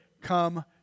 come